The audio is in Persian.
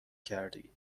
کردی